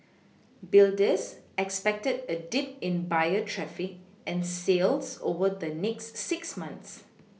builders expected a dip in buyer traffic and sales over the next six months